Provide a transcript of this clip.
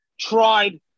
tried